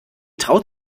traut